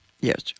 Yes